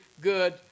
good